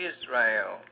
Israel